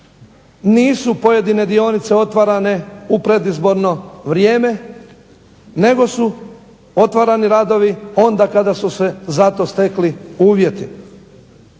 nisu pojedine dionice otvarane u predizborno vrijeme nego su otvarani radovi onda kada su se za to stekli uvjeti.